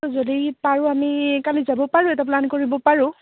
যদি পাৰোঁ আমি কালি যাব পাৰোঁ এটা প্লেন কৰিব পাৰোঁ